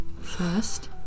First